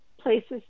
places